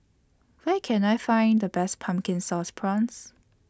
Where Can I Find The Best Pumpkin Sauce Prawns